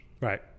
Right